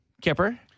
Kipper